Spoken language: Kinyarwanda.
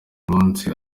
munsi